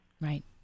Right